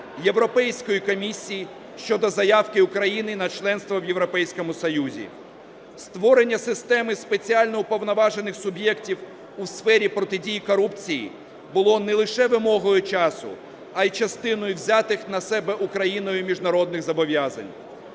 Європейської комісії щодо Заявки України на членство в Європейському Союзі. Створення системи спеціально уповноважених суб'єктів у сфері протидії корупції було не лише вимогою часу, а і частиною взятих на себе Україною міжнародних зобов'язань.